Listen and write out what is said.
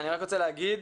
אני רק רוצה להגיד,